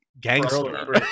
gangster